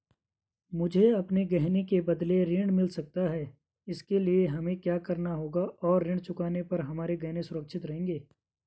मुझे अपने गहने के बदलें ऋण मिल सकता है इसके लिए हमें क्या करना होगा और ऋण चुकाने पर हमारे गहने सुरक्षित रहेंगे?